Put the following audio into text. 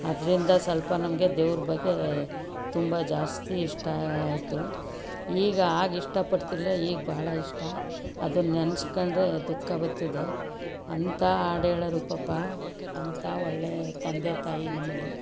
ಅದರಿಂದ ಸ್ವಲ್ಪ ನಮಗೆ ದೇವ್ರ ಬಗ್ಗೆ ತುಂಬ ಜಾಸ್ತಿ ಇಷ್ಟ ಆಯಿತು ಈಗ ಆಗ ಇಷ್ಟಪಡ್ತಿರಲಿಲ್ಲ ಈಗ ಬಹಳ ಇಷ್ಟ ಅದನ್ನ ನೆನೆಸ್ಕೊಂಡ್ರೆ ದುಃಖ ಬರ್ತದೆ ಅಂಥ ಹಾಡು ಹೇಳೋರು ಪಾಪ ಅಂಥ ಒಳ್ಳೆ ತಂದೆ ತಾಯಿ ನಮಗೆ